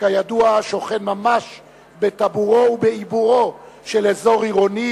שכידוע שוכן ממש בטבורו ובעיבורו של אזור עירוני,